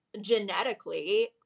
genetically